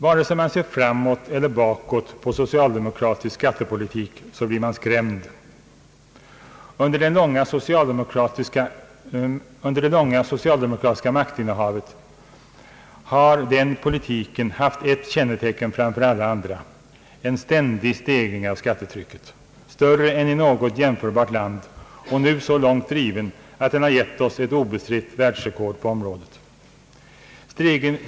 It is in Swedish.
Vare sig man ser framåt eller bakåt på socialdemokratisk skattepolitik, så blir man skrämd. Under det långa socialdemokratiska maktinnehavet har den politiken haft ett kännetecken framför alla andra — en ständig stegring av skattetrycket, större än i något jämförbart land och nu så långt driven att den har gett oss ett obestritt världsrekord på området.